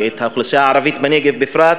ואת האוכלוסייה הערבית בנגב בפרט,